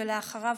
ואחריו,